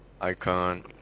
icon